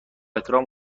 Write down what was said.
احترام